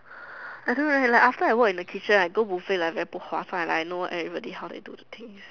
I don't know leh like after I work in the kitchen I go buffet like very 不划算 like I know everybody how they do the thing leh